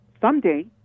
someday